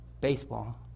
baseball